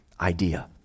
idea